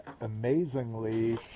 amazingly